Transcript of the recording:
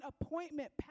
appointment